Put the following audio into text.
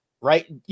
right